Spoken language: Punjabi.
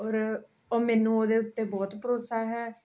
ਔਰ ਉਹ ਮੈਨੂੰ ਉਹਦੇ ਉੱਤੇ ਬਹੁਤ ਭਰੋਸਾ ਹੈ